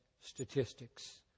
statistics